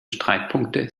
streitpunkte